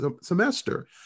semester